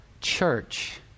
church